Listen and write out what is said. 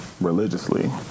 religiously